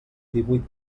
divuit